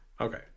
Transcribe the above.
Okay